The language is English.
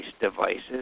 devices